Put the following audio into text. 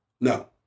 No